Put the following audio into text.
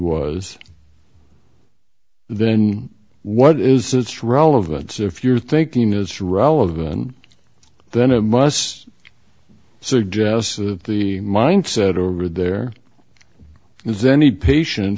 was then what is its relevance if your thinking is relevant then it must suggest that the mindset over there is any patient